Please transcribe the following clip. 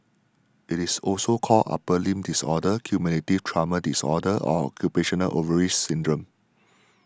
it is also called upper limb disorder cumulative trauma disorder or occupational overuse syndrome